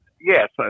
Yes